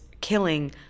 killing